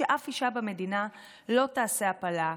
שאף אישה במדינה לא תעשה הפלה,